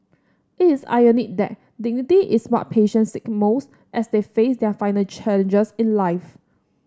it is ironic that dignity is what patients seek most as they face their final challenges in life